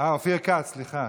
אופיר כץ, סליחה.